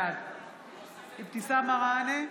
בעד אבתיסאם מראענה,